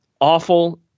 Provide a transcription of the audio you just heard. awful